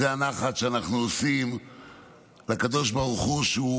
זה הנחת שאנחנו עושים לקדוש ברוך הוא, שהוא